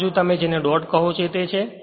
આ બાજુ તમે જેને ડોટ કહો છો તે છે